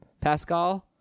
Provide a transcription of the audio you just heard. Pascal